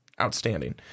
outstanding